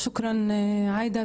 תודה עאידה,